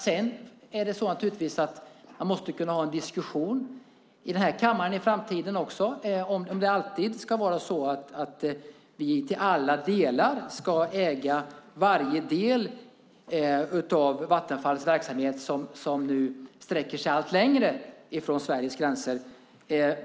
Man måste naturligtvis kunna ha en diskussion här i kammaren i framtiden om huruvida det alltid ska vara så att vi ska äga varje del av Vattenfalls verksamhet som nu sträcker sig allt längre bort från Sveriges gränser.